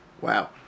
Wow